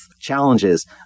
challenges